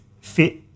fit